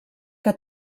que